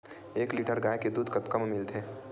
एक लीटर गाय के दुध कतका म मिलथे?